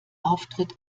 auftritt